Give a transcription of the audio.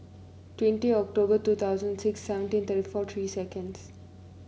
twenty October two thousand and six seventeen thirty four seconds